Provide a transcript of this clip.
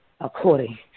according